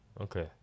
Okay